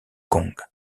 kong